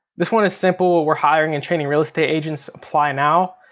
this one is simple, we're hiring and training real estate agents, apply now.